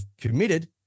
committed